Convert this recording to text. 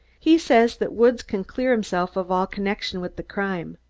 he says that woods can clear himself of all connection with the crime.